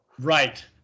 Right